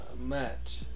Match